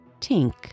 Tink